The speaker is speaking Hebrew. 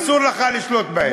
אסור לך לשלוט בהם.